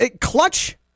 clutch